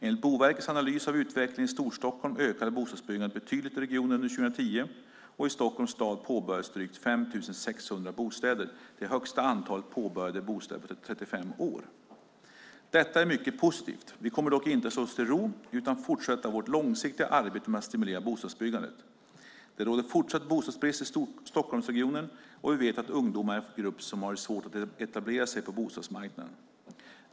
Enligt Boverkets analys av utvecklingen i Storstockholm ökade bostadsbyggandet betydligt i regionen under 2010. I Stockholms stad påbörjades drygt 5 600 bostäder, det högsta antalet påbörjade bostäder på 35 år. Detta är mycket positivt. Vi kommer dock inte att slå oss till ro utan fortsätta vårt långsiktiga arbete med att stimulera bostadsbyggande. Det råder fortsatt bostadsbrist i Stockholmsregionen, och vi vet att ungdomar är en grupp som har svårt att etablera sig på bostadsmarknaden.